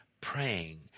praying